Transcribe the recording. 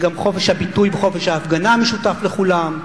גם חופש הביטוי וחופש ההפגנה משותף לכולם.